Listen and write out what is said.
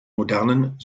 modernen